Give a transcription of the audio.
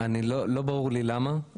לא ברור לי למה.